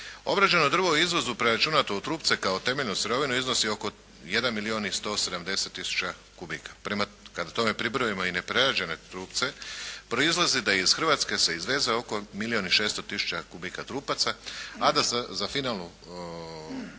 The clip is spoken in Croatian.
Obrađeno drvo u iznosu preračunato u trupce kao temeljna sirovina iznosi oko 1 milijun i 170 tisuća kubika. Kada tome pribrojimo i neprerađene trupce, proizlazi da iz Hrvatske se izveze oko milijun i 600 tisuća kubika trupaca a da za finalnu